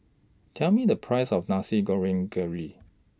Tell Me The Price of Nasi Goreng Kerang